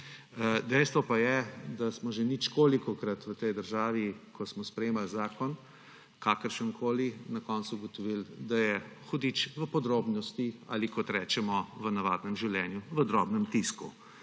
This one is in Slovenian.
Dejstvo pa je, da smo že ničkolikokrat v tej državi, ko smo sprejemali zakon, kakršenkoli, na koncu ugotovili, da je hudič v podrobnostih, ali kot rečemo v navadnem življenju, v drobnem tisku.